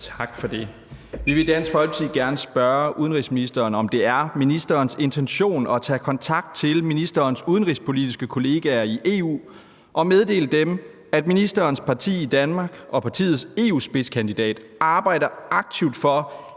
nr. S 929 2) Til udenrigsministeren af: Mikkel Bjørn (DF): Er det ministerens intention at tage kontakt til ministerens udenrigspolitiske kollegaer i EU og meddele dem, at ministerens parti i Danmark og partiets EU-spidskandidat arbejder aktivt for,